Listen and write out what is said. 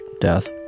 death